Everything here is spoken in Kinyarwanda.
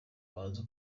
baza